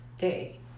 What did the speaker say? day